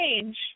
change